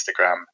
Instagram